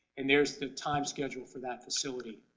and there's the time schedule for that facility.